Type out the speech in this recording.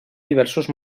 diversos